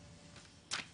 ופגיעה.